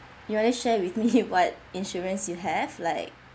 you want to share with me what insurance you have like